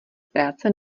práce